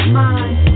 mind